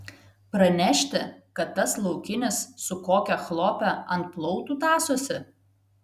pranešti kad tas laukinis su kokia chlope ant plautų tąsosi